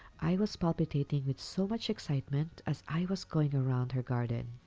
i was palpitating with so much excitement, as i was going around her garden.